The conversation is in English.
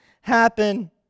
happen